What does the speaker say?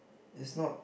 it's not